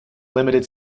limited